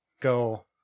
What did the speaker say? go